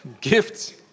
Gifts